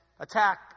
attack